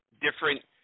different